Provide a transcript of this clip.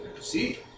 See